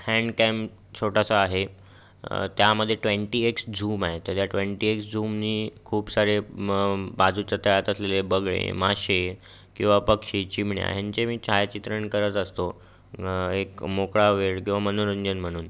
handcam छोटासा आहे त्यामध्ये ट्वेंटी एक्स झूम आहे त्याच्या ट्वेंटी एक्स झूमनी खूप सारे बाजूच्या तळ्यात असलेले बगळे मासे किंवा पक्षी चिमण्या ह्यांचे मी छायाचित्रण करत असतो एक मोकळा वेळ किवा मनोरंजन म्हणून